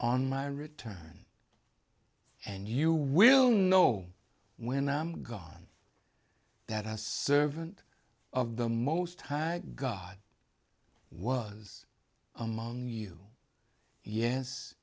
on my return and you will know when i'm gone that a servant of the most high god was among you yes